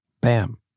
Bam